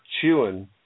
chewing